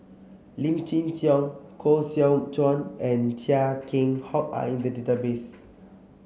Lim Chin Siong Koh Seow Chuan and Chia Keng Hock are in the database